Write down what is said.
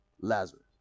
Lazarus